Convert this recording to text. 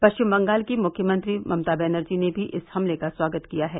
पश्चिम बंगाल की मुख्यमंत्री ममता बैनर्जी ने भी इस हमले का स्वागत किया है